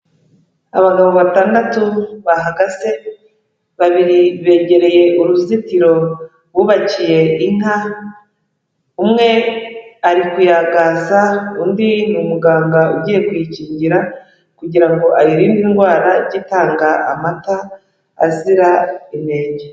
Abagabo batandatu bahagaze, babiri begereye uruzitiro bubakiye inka, umwe ari kuyagaza, undi ni umuganga ugiye kuyikingira kugira ngo ayirinde indwara ijye itanga amata azira inenge.